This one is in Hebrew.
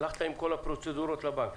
הלכת עם כל הפרוצדורות לבנק.